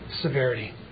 severity